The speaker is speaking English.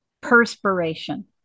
perspiration